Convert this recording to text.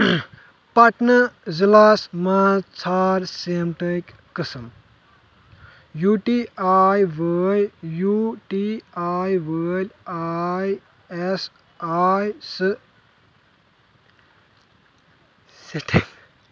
پٹنہ ضلعس مَنٛز ژھانڑ سیٖمٹٕکۍ قٕسم یوٗ ٹی آیۍ وٲلۍ یوٗ ٹی آیۍ وٲلۍ آیۍ ایس آیۍ سٕے سٹر